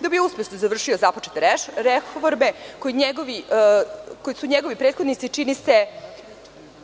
Da bi uspešno završio započete reforme koje su njegovi prethodnici, čini se,